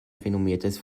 renommiertes